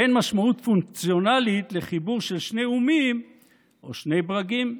ואין משמעות פונקציונלית לחיבור של שני אומים או שני ברגים.